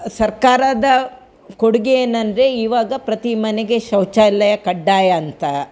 ಸರ್ಕಾರದ ಕೊಡುಗೆ ಏನೆಂದ್ರೆ ಇವಾಗ ಪ್ರತಿ ಮನೆಗೆ ಶೌಚಾಲಯ ಕಡ್ಡಾಯ ಅಂತ